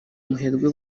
muherwe